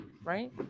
Right